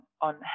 on